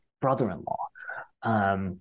brother-in-law